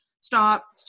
Stop